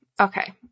okay